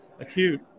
Acute